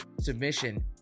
submission